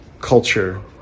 culture